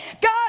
God